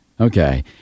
Okay